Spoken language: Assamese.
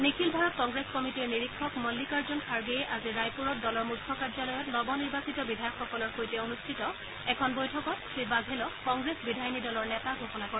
নিখিল ভাৰত কংগ্ৰেছ কমিটিৰ নিৰীক্ষক মল্লিকাৰ্জন খাগেই আজি ৰায়পুৰত দলৰ মুখ্য কাৰ্যালয়ত নবনিৰ্বাচিত বিধায়কসকলৰ সৈতে অনুষ্ঠিত এখন বৈঠকত শ্ৰী বাঘেলক কংগ্ৰেছ বিধায়িনী দলৰ নেতা ঘোষণা কৰে